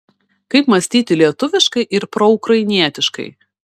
kaip mąstyti lietuviškai ir proukrainietiškai